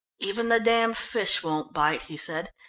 even the damn fish won't bite, he said,